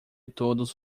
todos